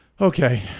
okay